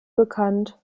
bekannt